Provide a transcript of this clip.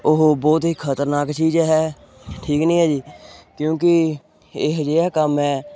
ਉਹ ਬਹੁਤ ਹੀ ਖ਼ਤਰਨਾਕ ਚੀਜ਼ ਹੈ ਠੀਕ ਨਹੀਂ ਹੈ ਜੀ ਕਿਉਂਕਿ ਇਹ ਅਜਿਹਾ ਕੰਮ ਹੈ